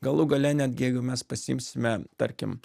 galų gale netgi jeigu mes pasiimsime tarkim